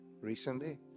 recently